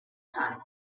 time